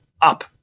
up